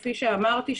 כפי שאמרתי,